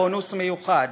בונוס מיוחד,